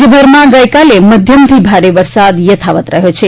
રાજ્યભરમાં ગઇકાલે મધ્યમથી ભારે વરસાદ યથાવત રહ્યો છે